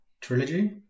Trilogy